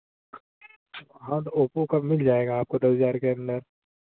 हाँ तो ओपो का मिल जाएगा आपको दस हज़ार के अंदर